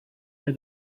are